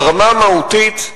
ברמה המהותית,